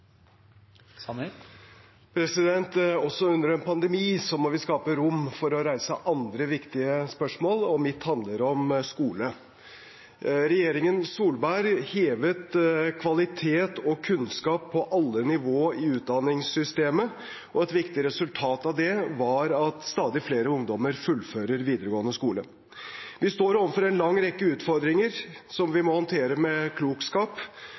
hovedspørsmål. Også under en pandemi må vi skape rom for å reise andre, viktige spørsmål, og mitt handler om skole. Regjeringen Solberg hevet kvalitet og kunnskap på alle nivåer i utdanningssystemet, og et viktig resultat av det var at stadig flere ungdommer fullfører videregående skole. Vi står overfor en lang rekke utfordringer som vi må håndtere med